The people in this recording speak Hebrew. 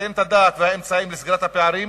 תיתן את הדעת והאמצעים לסגירת הפערים